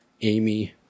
Amy